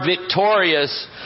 victorious